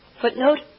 Footnote